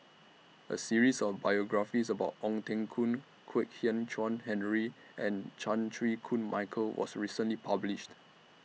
A series of biographies about Ong Teng Koon Kwek Hian Chuan Henry and Chan Chew Koon Michael was recently published